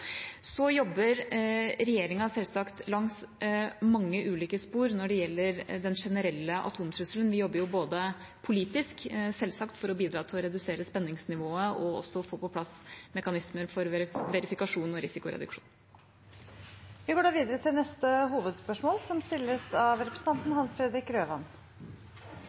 jobber selvsagt langs mange ulike spor når det gjelder den generelle atomtrusselen. Vi jobber politisk, selvsagt, både for å bidra til å redusere spenningsnivået og for å få på plass mekanismer for verifikasjon og risikoreduksjon. Vi går da videre til neste hovedspørsmål.